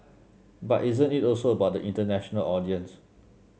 but isn't it also about the international audience